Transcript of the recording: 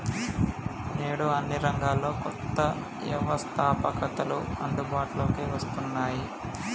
నేడు అన్ని రంగాల్లో కొత్త వ్యవస్తాపకతలు అందుబాటులోకి వస్తున్నాయి